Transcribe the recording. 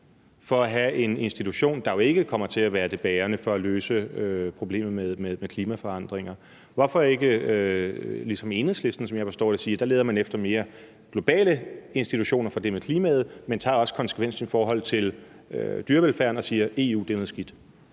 for at have en institution, der jo ikke kommer til at være den bærende i at løse problemet med klimaforandringerne? Hvorfor gør man ikke ligesom Enhedslisten, som, sådan som jeg har forstået det, leder efter mere globale institutioner, når det gælder det med klimaet, men som også tager konsekvensen i forhold til dyrevelfærd og siger, at EU er noget skidt?